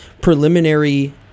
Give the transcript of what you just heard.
preliminary